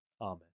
amen